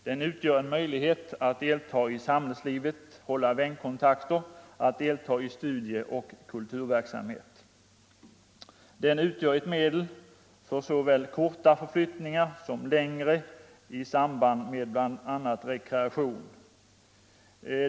Den utgör också en möjlighet att delta i samhällslivet, upprätthålla vänkontakter, delta i studieoch kulturverksamhet. Den är ett medel för såväl korta som längre förflyttningar i samband med bl.a. rekreation.